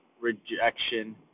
rejection